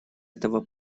этого